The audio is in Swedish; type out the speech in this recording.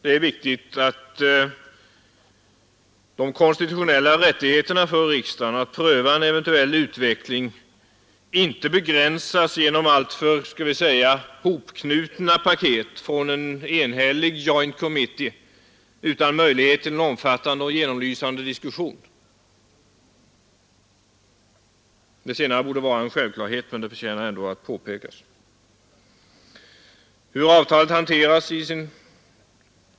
Nr 139 Tisdagen den eventuell utveckling inte begränsas genom alltför ”hopknutna paket” 12 december 1972 från en enhällig Joint Committee utan att det ges möjlighet till en Avtal med EEC, snrsmivaode och KRANEN diskussion: Det senare borde vara en självklarhet, men det förtjänar ändå att påpekas.